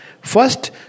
First